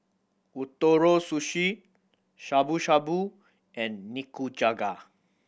Ootoro Sushi Shabu Shabu and Nikujaga